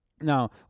Now